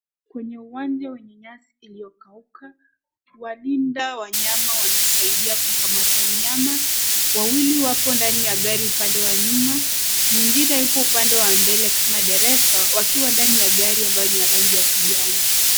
Kwenye uwanja wenye nyasi iliyokauka, walinda wanyama wanasaidia kukamata nyama, wawili wapo ndani ya gari upande wa nyuma, mwingine yupo upande wa mbele kama dereva, wakiwa ndani ya gari ambayo ni ya rangi ya kijani.